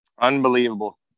Unbelievable